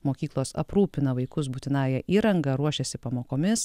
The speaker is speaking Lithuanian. mokyklos aprūpina vaikus būtinąja įranga ruošiasi pamokomis